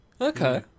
Okay